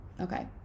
okay